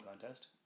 contest